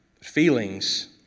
Feelings